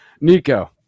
nico